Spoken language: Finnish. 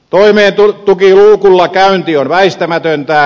toimeentulotukiluukulla käynti on väistämätöntä